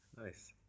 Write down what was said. Nice